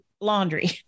laundry